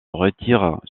retirent